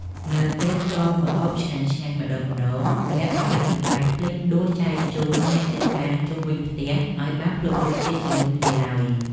នៅពេលស្លម្ហូបឆ្ងាញ់ៗម្ដងៗ ម្នាក់ៗមិនដែលភ្លេចដួសចែកជូនអ្នកជិតខាងជុំវិញផ្ទះឱ្យបានភ្លក់រសជាតិជាមួយគ្នាឡើយ។